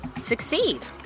succeed